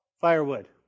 firewood